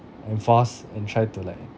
enforce and try to like